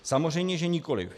Samozřejmě nikoliv.